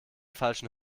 falschen